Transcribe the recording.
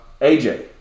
AJ